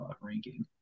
ranking